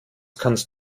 kannst